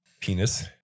Penis